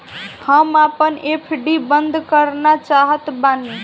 हम आपन एफ.डी बंद करना चाहत बानी